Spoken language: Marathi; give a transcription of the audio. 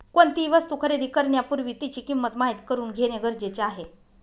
कोणतीही वस्तू खरेदी करण्यापूर्वी तिची किंमत माहित करून घेणे गरजेचे आहे